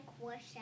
wash